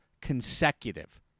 consecutive